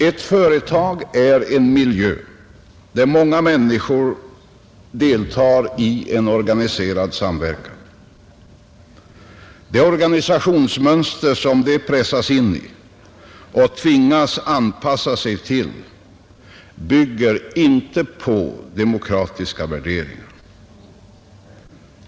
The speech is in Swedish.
Ett företag är en miljö, där många människor deltar i en organiserad samverkan. Det organisationsmönster som de pressas in i och tvingas anpassa sig till bygger inte på demokratiska värderingar.